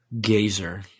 Gazer